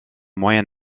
moyen